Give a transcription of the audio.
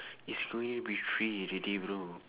it's going to be three already bro